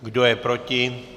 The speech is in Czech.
Kdo je proti?